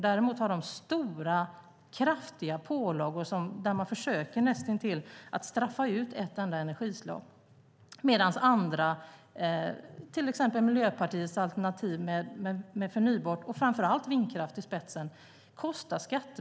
Däremot får de stora och kraftiga pålagor. Man försöker näst intill straffa ut ett enda energislag medan andra kostar skattebetalarna stora pengar, till exempel Miljöpartiets alternativ med förnybart och framför allt vindkraft i spetsen.